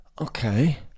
okay